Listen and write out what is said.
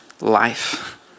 life